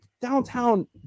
downtown